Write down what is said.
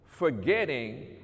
Forgetting